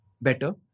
better